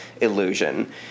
illusion